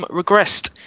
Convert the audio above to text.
regressed